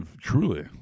Truly